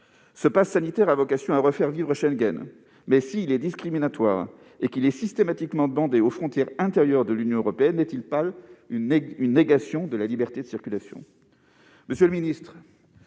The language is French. Le pass sanitaire a vocation à refaire vivre l'espace Schengen. Mais s'il est discriminatoire et qu'il est systématiquement demandé aux frontières intérieures de l'Union européenne, ne sera-t-il pas une négation de la liberté de circulation ?